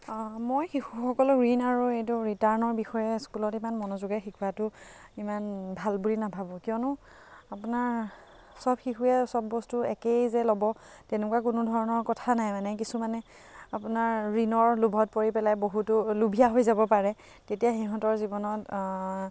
মই শিশুসকলৰ ঋণ আৰু এইটো ৰিটাৰ্ণৰ বিষয়ে স্কুলত ইমান মনোযোগেৰে শিকোৱাটো ইমান ভাল বুলি নাভাবোঁ কিয়নো আপোনাৰ চব শিশুৱে চব বস্তু একেই যে ল'ব তেনেকুৱা কোনো ধৰণৰ কথা নাই মানে কিছুমানে আপোনাৰ ঋণৰ লোভত পৰি পেলাই বহুতো লুভীয়া হৈ যাব পাৰে তেতিয়া সিহঁতৰ জীৱনত